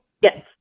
Yes